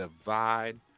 Divide